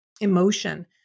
emotion